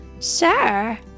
Sure